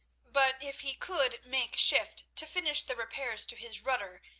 but if he could make shift to finish the repairs to his rudder,